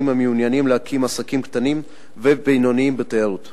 המעוניינים להקים עסקים קטנים ובינוניים בתיירות.